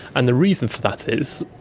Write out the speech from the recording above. and the reason for that is,